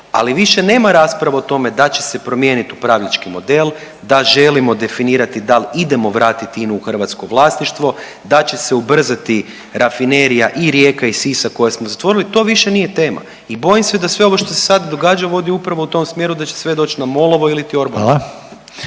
ali više nema rasprave o tome da će se promijenit upravljački model, da želimo definirati dal idemo vratiti INA-u u hrvatsko vlasništvo, da će se ubrzati Rafinerija i Rijeka i Sisak koje smo zatvorili, to više nije tema i bojim se da sve ovo što se sad događa vodi upravo u tom smjeru da će sve doć na MOL-ovo iliti Orbanovo.